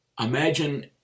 imagine